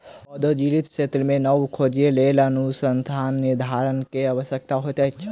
प्रौद्योगिकी क्षेत्र मे नब खोजक लेल अनुसन्धान निधिकरण के आवश्यकता होइत अछि